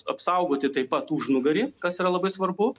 apsaugoti taip pat užnugarį kas yra labai svarbu